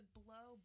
blow